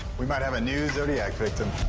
we might have a new zodiac victim.